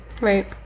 right